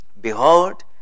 Behold